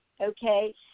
okay